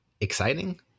exciting